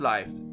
Life